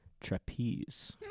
Trapeze